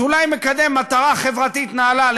שאולי מקדם מטרה חברתית נעלה,